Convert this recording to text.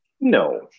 No